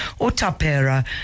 Otapera